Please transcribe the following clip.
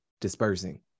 dispersing